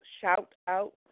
shout-out